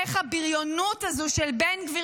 איך הבריונות הזו של בן גביר,